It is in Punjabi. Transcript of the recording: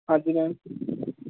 ਹਾਂਜੀ ਮੈਮ